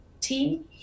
team